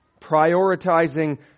Prioritizing